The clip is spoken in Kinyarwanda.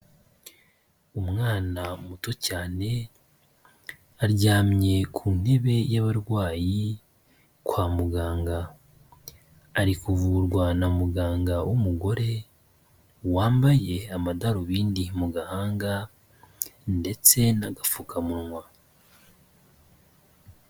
Umwana muto cyane, aryamye ku ntebe y'abarwayi kwa muganga, ari kuvurwa na muganga w'umugore wambaye amadarubindi mu gahanga ndetse n'agapfukamunwa.